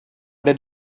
did